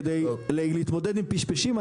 כדי להתמודד עם פשפשים,